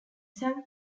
san